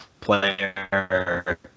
player